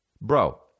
bro